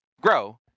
grow